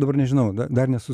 dabar nežinau da dar nesu